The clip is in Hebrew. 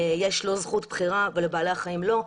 יש לו זכות בחירה ולבעלי החיים לא.